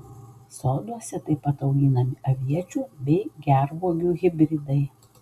soduose taip pat auginami aviečių bei gervuogių hibridai